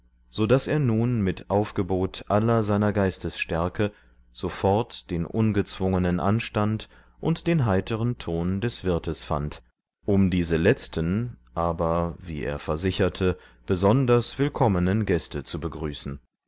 so daß er nun mit aufgebot aller seiner geistesstärke sofort den ungezwungenen anstand und den heiteren ton des wirtes fand um diese letzten aber wie er versicherte besonders willkommenen gäste zu begrüßen